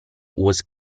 was